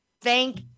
thank